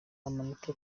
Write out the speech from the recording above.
amanota